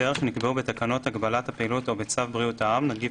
שנקבעו בתקנות הגבלת הפעילות או בצו בריאות העם (נגיף